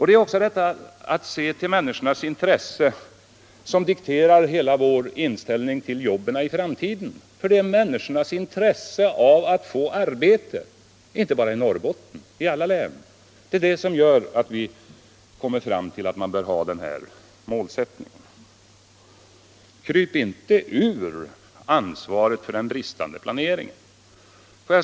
Det är också en vilja att se till människornas intresse som dikterar hela vår inställning till jobben i framtiden. Det är människornas intresse av att få arbete — inte bara i Norrbotten utan i alla län — som gör att vi kommit fram till den målsättning vi har satt upp, 400 000 nya jobb. Kryp inte ur ansvaret för den bristande planeringen!